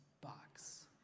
box